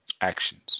Actions